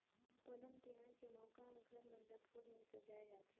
ओनम तिहार के मउका में घर मन ल फूल में सजाए जाथे